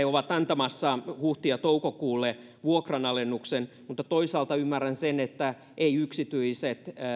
ovat antamassa huhti ja toukokuulle vuokranalennuksen mutta toisaalta ymmärrän sen että eivät yksityiset